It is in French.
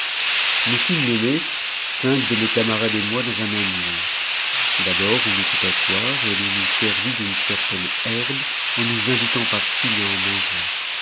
nous fûmes menés cinq de mes camarades et moi dans un n'en lieu d'abord on nous fit asseoir et l'on nous servit d'une certaine het'tf en nous invitant par signe à en manger